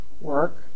work